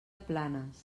planes